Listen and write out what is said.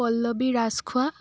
Pallavi Rajkhowa